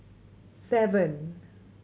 seven